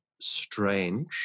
strange